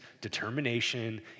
determination